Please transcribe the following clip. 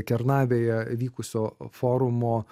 kernavėje vykusio forumo